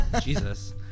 jesus